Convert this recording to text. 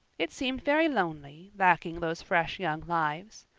it seemed very lonely, lacking those fresh young lives.